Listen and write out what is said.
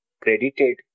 credited